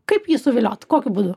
kaip jį suviliot kokiu būdu